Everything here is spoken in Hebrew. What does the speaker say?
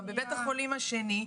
גם בבית החולים השני,